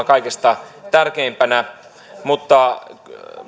kaikista tärkeimpänä mutta